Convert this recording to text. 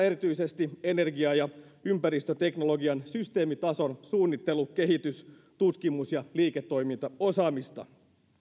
erityisesti energia ja ympäristöteknologian systeemitason suunnittelu kehitys tutkimus ja liiketoimintaosaamista